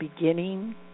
beginning